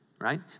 right